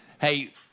Hey